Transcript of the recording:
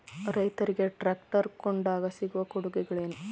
ರೈತರಿಗೆ ಟ್ರಾಕ್ಟರ್ ಕೊಂಡಾಗ ಸಿಗುವ ಕೊಡುಗೆಗಳೇನು?